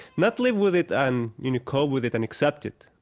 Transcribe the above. not live with it and you know cope with it and accept it,